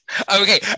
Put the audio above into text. okay